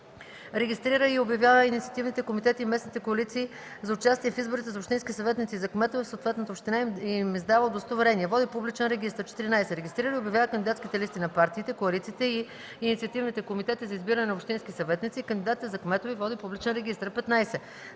регистрира и обявява инициативните комитети и местните коалиции за участие в изборите за общински съветници и за кметове в съответната община и им издава удостоверения; води публичен регистър; 14. регистрира и обявява кандидатските листи на партиите, коалициите и инициативните комитети за избиране на общински съветници и кандидатите за кметове и води публичен регистър; 15.